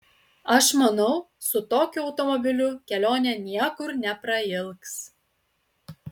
aš manau su tokiu automobiliu kelionė niekur neprailgs